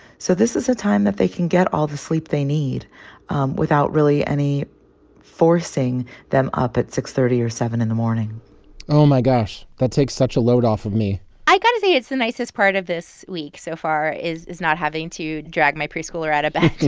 so this is a time that they can get all the sleep they need without, really, any forcing them up at six thirty or seven in the morning oh, my gosh. that takes such a load off of me i got to say it's the nicest part of this week so far is is not having to drag my preschooler out of bed